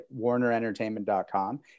warnerentertainment.com